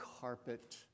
carpet